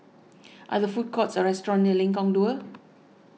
are there food courts or restaurants near Lengkong Dua